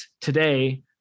today